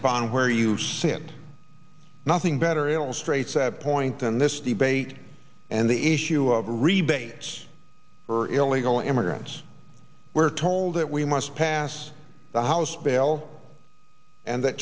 upon where you stand nothing better able straights a point than this debate and the issue of rebates for illegal immigrants we're told that we must pass the house bill and that